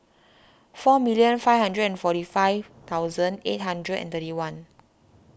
four million five hundred and forty five thousand eight hundred and thirty one